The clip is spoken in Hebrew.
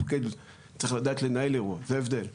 הפוקד צריך לדעת לנהל אירוע, זה ההבדל.